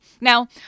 now